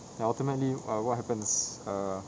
ya ultimately uh what happens err